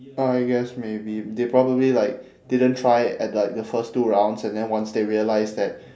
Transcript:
oh I guess maybe they probably like didn't try at like the first two rounds and then once they realised that